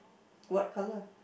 what colour